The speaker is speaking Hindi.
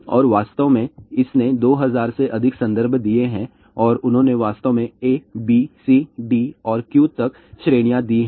और वास्तव में इसने 2000 से अधिक संदर्भ दिए हैं और उन्होंने वास्तव में A B C D और Q तक श्रेणियां दी हैं